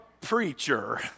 preacher